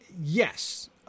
yes